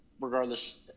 regardless